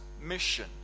mission